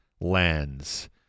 lands